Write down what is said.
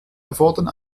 erfordern